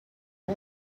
you